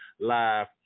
live